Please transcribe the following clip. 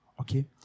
Okay